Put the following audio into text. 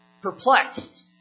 Perplexed